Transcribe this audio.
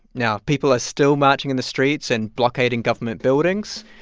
now, people are still marching in the streets and blockading government buildings.